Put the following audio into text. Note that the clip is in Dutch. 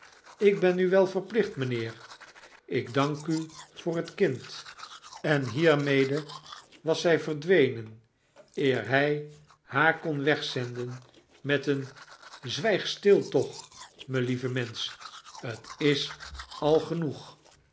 lk ben u wel verplicht mynheer ik dank u voor het kind en hiermede was zij verdwenen eer hij haar kon wegzenden met een zwijg stil toch me lieve mensch t is al genoeg